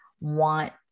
want